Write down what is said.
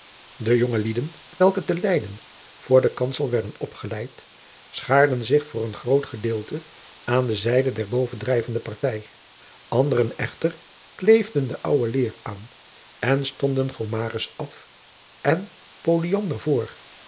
de jonge lieden welke te leyden voor den kansel werden opgeleid schaarden zich voor een groot gedeelte aan de zijde der bovendrijvende partij anderen echter kleefden de oude leer aan en stonden gomarus af en polyander voor